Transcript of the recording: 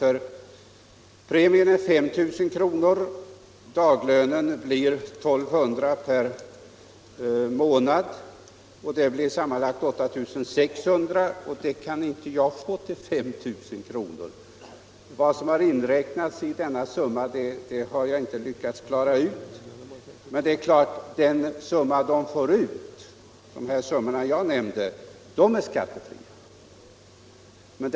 Premien är 5 000 kr., och daglönen blir 1 200 per månad. Det blir sammanlagt 8 600 kr. på tre månader. Det kan inte jag få till 5 000 kr. per månad. Jag har inte lyckats klara ut hur man kommit fram till den summan. De belopp jag nämnde är skattefria.